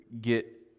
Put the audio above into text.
get